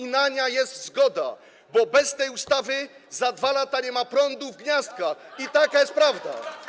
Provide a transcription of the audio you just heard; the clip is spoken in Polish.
I na nią jest zgoda, bo bez tej ustawy za 2 lata nie będzie prądu w gniazdkach, i taka jest prawda.